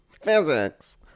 Physics